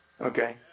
Okay